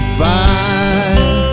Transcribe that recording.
fine